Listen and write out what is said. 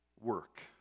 work